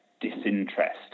disinterest